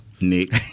Nick